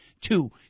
two